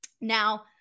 Now